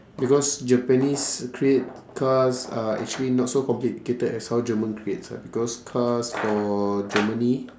because japanese create cars are actually not so complicated as how german creates ah because cars for germany